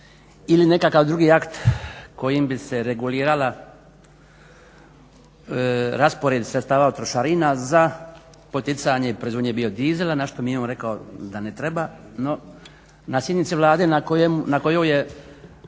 ili nekakav drugi akt kojim bi se regulirao raspored sredstava od trošarina za poticanje proizvodnje biodizela na što mi je on rekao da ne treba. No na sjednici Vlade na kojoj je